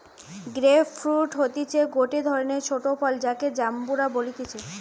grape fruit হতিছে গটে ধরণের ছোট ফল যাকে জাম্বুরা বলতিছে